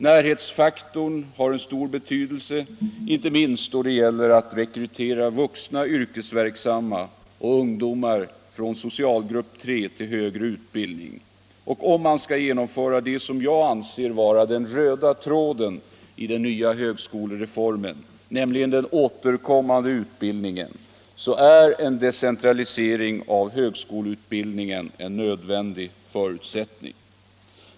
Närhetsfaktorn har en stor betydelse inte minst då det gäller att rekrytera vuxna yrkesverksamma och ungdomar från socialgrupp 3 till högre utbildning. Om man skall genomföra det som jag anser vara den röda tråden i den nya högskolereformen, nämligen den återkommande utbildningen, är en decentralisering av högskoleutbildningen en nödvändig förutsättning.